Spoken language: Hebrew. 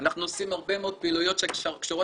אנחנו עושים הרבה מאוד פעילויות שקשורות